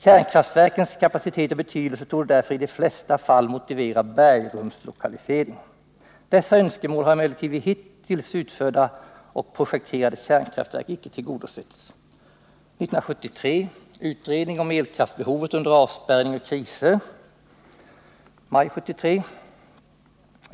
Kärnkraftverkens kapacitet och betydelse torde därför i de flesta fall motivera bergrumslokalisering. Dessa önskemål har emellertid vid hitintills utbyggda och projekterade kärnkraftverk icke tillgodosetts.” Maj 1973: Utredning om elkraftbehovet under avspärrning och krig.